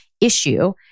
issue